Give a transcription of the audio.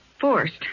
forced